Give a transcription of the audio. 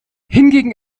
hingegen